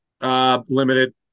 Limited